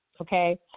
okay